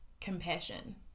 compassion